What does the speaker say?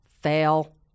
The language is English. Fail